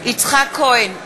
יצחק כהן,